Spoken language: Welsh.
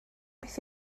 beth